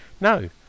no